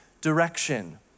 direction